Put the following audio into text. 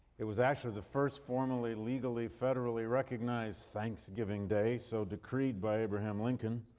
it was actually the first formally, legally, federally recognized thanksgiving day so decreed by abraham lincoln.